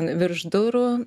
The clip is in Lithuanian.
virš durų